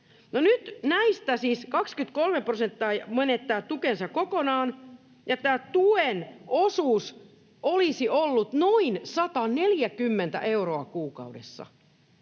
nyt näistä siis 23 prosenttia menettää tukensa kokonaan, ja tämä tuen osuus olisi ollut noin 140 euroa kuukaudessa.